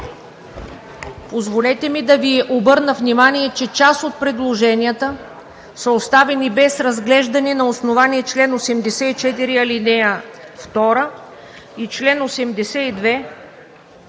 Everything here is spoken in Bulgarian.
Позволете ми да Ви обърна внимание, че част от предложенията са оставени без разглеждане на основание чл. 84, ал. 2 и чл. 82, ал.